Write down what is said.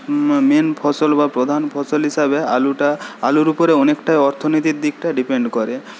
main ফসল বা প্রধান ফসল হিসাবে আলুটা আলুর উপরে অনেকটা অর্থনীতির দিকটা ডিপেন্ড করে